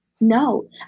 No